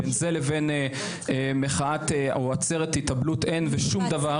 בין זה לבין מחאת או עצרת התאבלות אין שום דבר.